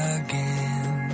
again